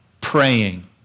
praying